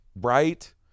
Right